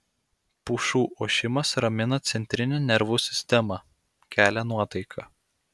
pušų ošimas ramina centrinę nervų sistemą kelia nuotaiką